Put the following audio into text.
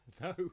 No